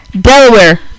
Delaware